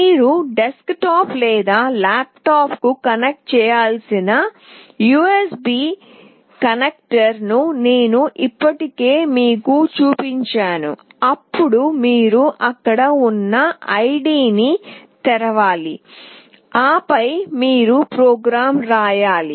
మీరు డెస్క్టాప్ లేదా ల్యాప్టాప్కు కనెక్ట్ చేయాల్సిన యుఎస్బి కనెక్టర్ను నేను ఇప్పటికే మీకు చూపించాను అప్పుడు మీరు అక్కడ ఉన్న ఐడిని తెరవాలి ఆపై మీరు ప్రోగ్రామ్ రాయాలి